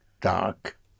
dark